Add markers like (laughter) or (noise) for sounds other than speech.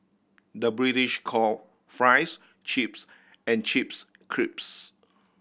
the British call fries chips and chips (unintelligible)